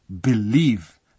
Believe